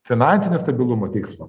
finansinio stabilumo tikslą